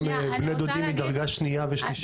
גם בני דודים מדרגה שנייה ושלישית?